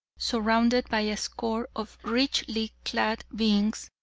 surrounded by a score of richly-clad beings,